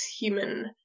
human